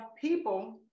people